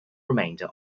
remainder